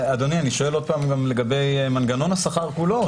עוד פעם לגבי מנגנון השכר כולו.